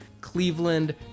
Cleveland